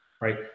right